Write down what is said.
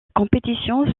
compétition